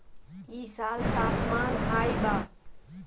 इ साल तापमान हाई बा